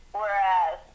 whereas